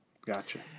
Gotcha